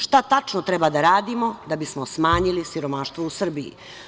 Šta tačno treba da radimo da bismo smanjili siromaštvo u Srbiji.